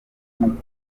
mukuru